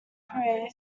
pierre